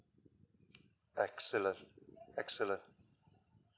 excellent excellent